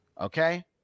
Okay